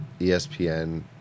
ESPN